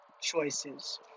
choices